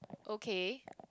okay